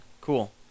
Cool